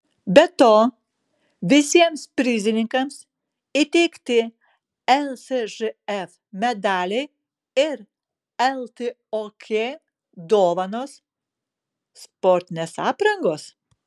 be to visiems prizininkams įteikti lsžf medaliai ir ltok dovanos sportinės aprangos